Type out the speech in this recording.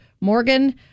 Morgan